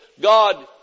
God